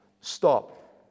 stop